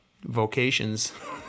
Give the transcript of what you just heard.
vocations